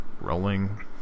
rolling